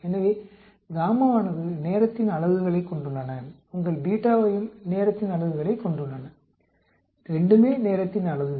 எனவே ஆனது நேரத்தின் அலகுகளைக் கொண்டுள்ளன உங்கள் யும் நேரத்தின் அலகுகளைக் கொண்டுள்ளன இரண்டுமே நேரத்தின் அலகுகள்